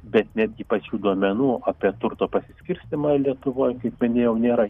bet netgi pačių duomenų apie turto pasiskirstymą lietuvoj kaip minėjau nėra